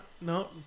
No